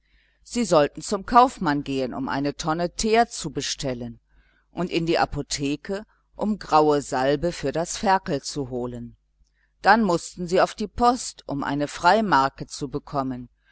sie sollten zum kaufmann gehen um eine tonne teer zu bestellen und in die apotheke um graue salbe für das ferkel zu holen dann mußten sie auf die post um eine freimarke zu bekommen